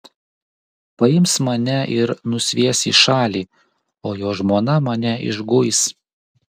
paims mane ir nusvies į šalį o jo žmona mane išguis